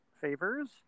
favors